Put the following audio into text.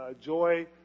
joy